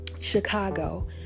Chicago